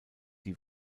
die